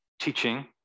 teaching